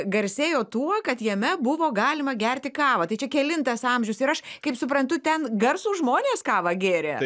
garsėjo tuo kad jame buvo galima gerti kavą tai čia kelintas amžius ir aš kaip suprantu ten garsūs žmonės kavą gėrė